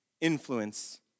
influence